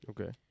Okay